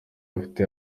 afite